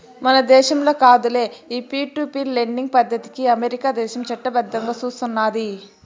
మన దేశంల కాదులే, ఈ పీర్ టు పీర్ లెండింగ్ పద్దతికి అమెరికా దేశం చట్టబద్దంగా సూస్తున్నాది